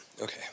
Okay